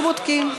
אנחנו בודקים.